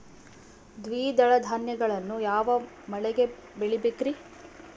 ದ್ವಿದಳ ಧಾನ್ಯಗಳನ್ನು ಯಾವ ಮಳೆಗೆ ಬೆಳಿಬೇಕ್ರಿ?